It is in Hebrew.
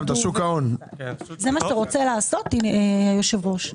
זה מה שאתה רוצה לעשות, היושב ראש?